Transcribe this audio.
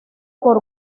por